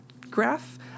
graph